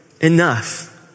enough